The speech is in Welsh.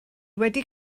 wedi